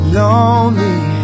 lonely